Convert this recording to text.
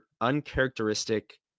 uncharacteristic